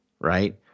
right